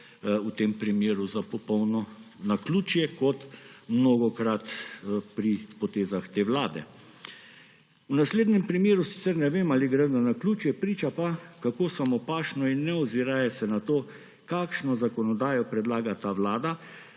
v tem primeru za popolno naključje, kot mnogokrat pri potezah te vlade. V naslednjem primeru sicer ne vem, ali gre za naključje, priča pa, kako samopašno in ne oziraje se na to, kakšno zakonodajo predlaga ta vlada,